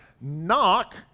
Knock